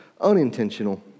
unintentional